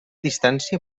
distància